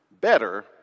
better